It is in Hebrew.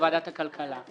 לוועדת הכלכלה,